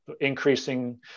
Increasing